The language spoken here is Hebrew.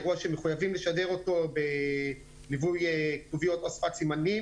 אירוע שחייבים לשדר אותו בליווי כתוביות או שפת סימנים,